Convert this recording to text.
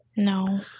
No